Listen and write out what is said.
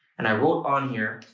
and i wrote on here,